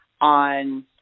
on